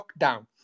lockdown